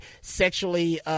sexually